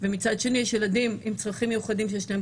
ומצד שני יש ילדים עם צרכים מיוחדים שיש להם